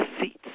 seats